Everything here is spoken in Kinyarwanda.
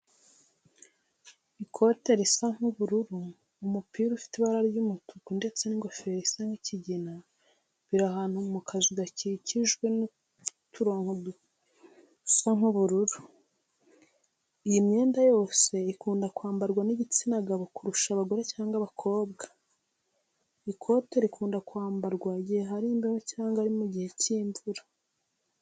Ikote risa nk'ubururu, umupira ufite ibara ry'umutuku ndetse n'ingofero isa nk'ikigina biri ahantu mu kazu gakikijwe n'uturongo dusa nk'ubururu. Iyi myenda yose ikunda kwambarwa n'igitsina gabo kurusha abagore cyangwa abakobwa. Ikote rikunda kwambarwa igihe hari imbeho cyangwa ari mu gihe cy'imvura